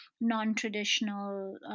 non-traditional